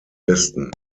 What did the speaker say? westen